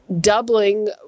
doubling